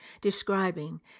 describing